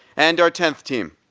and our tenth team.